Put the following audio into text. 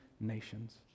nations